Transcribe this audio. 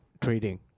trading